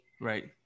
Right